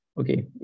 okay